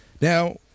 Now